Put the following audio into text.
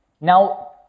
Now